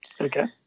okay